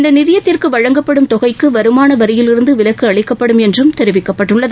இந்த நிதியத்திற்கு வழங்கப்படும் தொகைக்கு வருமான வரியிலிருந்து விலக்கு அளிக்கப்படும் என்றும் தெரிவிக்கப்பட்டுள்ளது